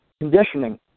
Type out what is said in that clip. conditioning